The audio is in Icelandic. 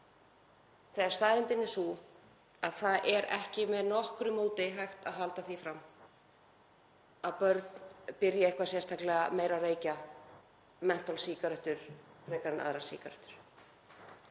þegar staðreyndin er sú að það er ekki með nokkru móti hægt að halda því fram að börn byrji eitthvað sérstaklega meira að reykja mentólsígarettur frekar en aðrar sígarettur.